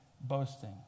boasting